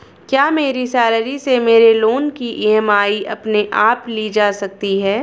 क्या मेरी सैलरी से मेरे लोंन की ई.एम.आई अपने आप ली जा सकती है?